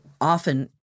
often